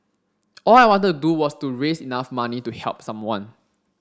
all I wanted to do was to raise enough money to help someone